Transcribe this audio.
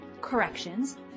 corrections